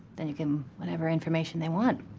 then you give them whatever information they want.